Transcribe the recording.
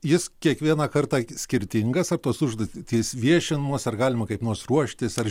jis kiekvieną kartą skirtingas ar tos užduotys viešinamos ar galima kaip nors ruoštis ar